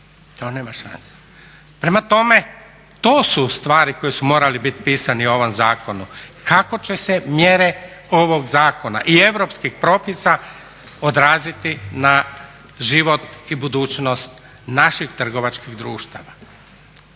to nema šanse. Prema tome, to su stvari koje su morale biti pisane u ovom zakonu, kako će se mjere ovog zakona i europskih propisa odraziti na život i budućnost naših trgovačkih društava.